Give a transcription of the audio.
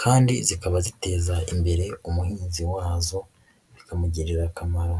kandi zikaba ziteza imbere umuhinzi wazo, bikamugirira akamaro.